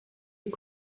est